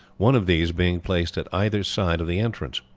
one of these being placed at either side of the entrance.